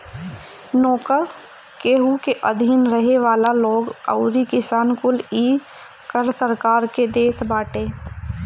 नोकर, केहू के अधीन रहे वाला लोग अउरी किसान कुल इ कर सरकार के देत बाटे